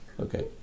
Okay